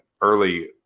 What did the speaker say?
early